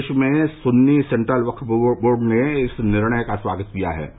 प्रदेश में Sunni central Waqf board ने इस निर्णय का स्वागत किया है